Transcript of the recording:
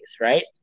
right